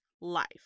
life